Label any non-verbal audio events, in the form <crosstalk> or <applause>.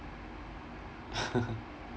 <laughs>